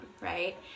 right